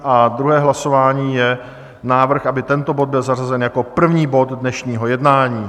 A druhé hlasování je návrh, aby tento bod byl zařazen jako první bod dnešního jednání.